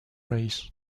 races